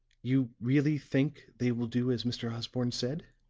you really think they will do as mr. osborne said?